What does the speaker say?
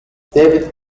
david